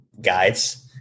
guides